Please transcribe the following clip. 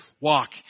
walk